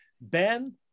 Ben